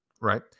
right